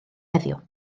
heddiw